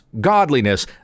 godliness